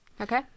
okay